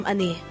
Ani